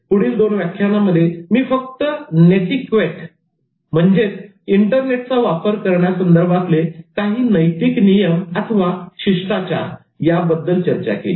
पुढील दोन व्याख्यानामध्ये मी फक्त 'नेटीक्वेट' इंटरनेटचा वापर करणयासंदर्भातले काही नैतिक नियम अथवा शिष्टाचार याबद्दल चर्चा केली